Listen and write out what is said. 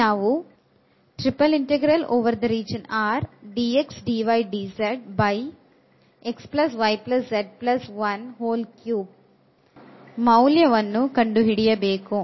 ಇಲ್ಲಿ ನಾವು 3 ನ ಕಂಡು ಕಂಡು ಹಿಡಿಯಬೇಕು